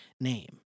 name